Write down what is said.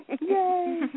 Yay